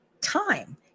time